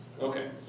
Okay